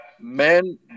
men